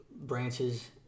branches